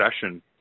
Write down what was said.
session